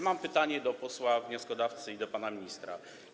Mam pytanie do posła wnioskodawcy i do pana ministra.